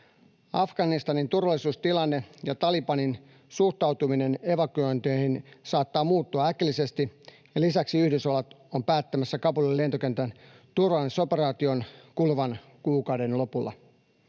Afganistanin turvallisuustilanne ja Talibanin suhtautuminen evakuointeihin saattavat muuttua äkillisesti, ja lisäksi Yhdysvallat on päättämässä Kabulin lentokentän turvallisuusoperaation kuluvan kuukauden lopulla.